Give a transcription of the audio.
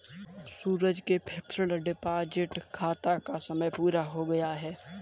सूरज के fixed deposit खाता का समय पूरा हो गया है